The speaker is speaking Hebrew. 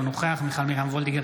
אינו נוכח מיכל מרים וולדיגר,